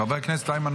חבר הכנסת איימן